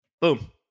Boom